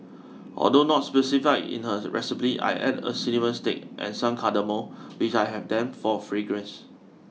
although not specified in her recipe I add a cinnamon stick and some cardamom if I have them for fragrance